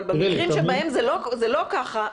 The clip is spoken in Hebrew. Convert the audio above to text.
אבל במקרים שבהם זה לא כך,